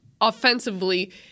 offensively